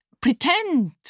pretend